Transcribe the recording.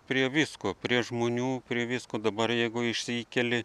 prie visko prie žmonių prie visko dabar jeigu išsikeli